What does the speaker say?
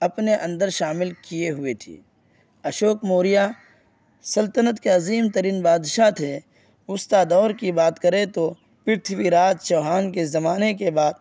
اپنے اندر شامل کیے ہوئے تھی اشوک موریہ سلطنت کے عظیم ترین بادشاہ تھے وسطی دور کی بات کرے تو پرتھوی راج چوہان کے زمانے کے بعد